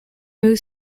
moved